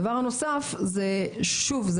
3. שוב,